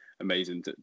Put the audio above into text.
Amazing